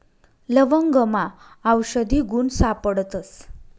लवंगमा आवषधी गुण सापडतस